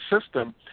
system